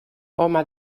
home